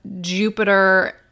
Jupiter